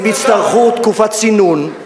הם יצטרכו תקופת צינון,